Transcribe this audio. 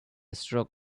stroke